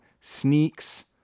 Sneaks